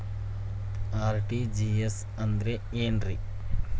RTGS ಅಂದ್ರ ಏನ್ರಿ?